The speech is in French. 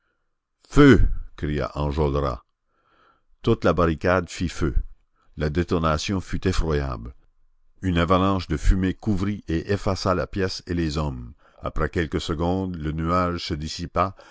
feu cria enjolras toute la barricade fit feu la détonation fut effroyable une avalanche de fumée couvrit et effaça la pièce et les hommes après quelques secondes le nuage se dissipa